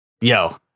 Yo